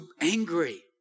angry